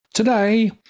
Today